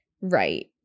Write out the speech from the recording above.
right